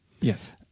Yes